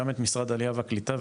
גם את משרד העלייה והקליטה,